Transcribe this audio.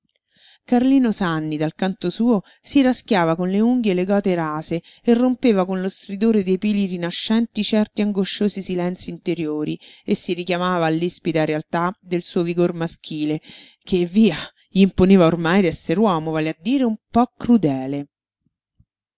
carlino sanni dal canto suo si raschiava con le unghie le gote rase e rompeva con lo stridore dei peli rinascenti certi angosciosi silenzii interiori e si richiamava all'ispida realtà del suo vigor maschile che via gl'imponeva ormai d'esser uomo vale a dire un po crudele